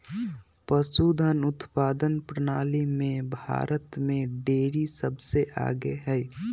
पशुधन उत्पादन प्रणाली में भारत में डेरी सबसे आगे हई